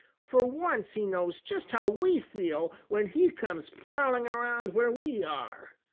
for once he knows just how we feel when he comes prowling around where we are.